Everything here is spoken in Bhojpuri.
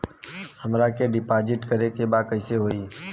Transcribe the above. हमरा के डिपाजिट करे के बा कईसे होई?